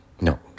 No